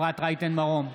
אפרת רייטן מרום,